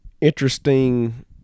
interesting